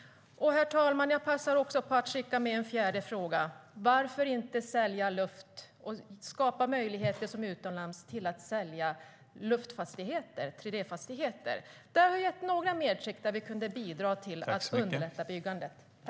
Herr talman! Jag passar också på att skicka med en fjärde fråga: Varför inte sälja luft och skapa möjligheter som utomlands till att sälja luftfastigheter, 3D-fastigheter? Det där var några medskick som kan bidra till att underlätta byggandet.